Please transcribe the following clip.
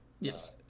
Yes